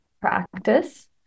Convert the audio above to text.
practice